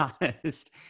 honest